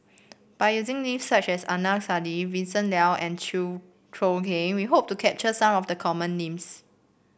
by using names such as Adnan Saidi Vincent Leow and Chew Choo Keng we hope to capture some of the common names